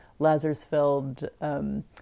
Lazarsfeld